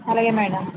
అలాగే మేడం